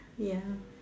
ya